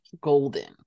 golden